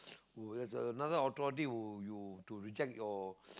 who has the another authority to to to reject your